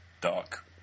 dark